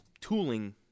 tooling